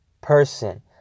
person